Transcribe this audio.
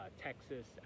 Texas